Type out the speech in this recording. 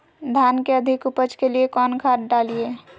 धान के अधिक उपज के लिए कौन खाद डालिय?